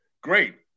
Great